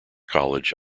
college